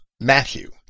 Matthew